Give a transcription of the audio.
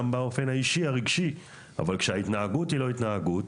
באופן האישי-הרגשי אבל כשההתנהגות היא לא התנהגות,